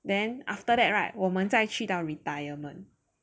then after that right 我们再去到 retirement